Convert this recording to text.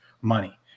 money